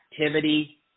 activity